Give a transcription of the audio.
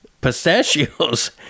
Pistachios